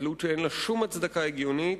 תלות שאין לה שום הצדקה הגיונית.